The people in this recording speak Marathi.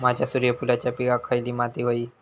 माझ्या सूर्यफुलाच्या पिकाक खयली माती व्हयी?